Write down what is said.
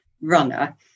runner